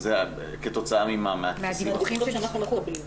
אני חושב שמה שצריך לייצר זה איזשהו גרף מספרי.